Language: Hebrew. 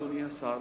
אדוני השר,